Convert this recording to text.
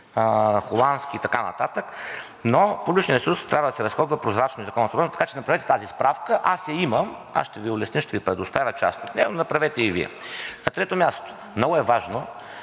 холандски и така нататък. Но публичният ресурс трябва да се разходва прозрачно и по закон, така че направете тази справка – аз я имам, аз ще Ви улесня и ще Ви предоставя част от нея, но я направете и Вие. На трето място, много е важно